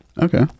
Okay